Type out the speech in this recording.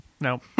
No